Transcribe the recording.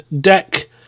deck